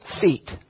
feet